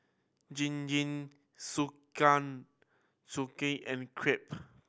and Crepe